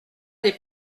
des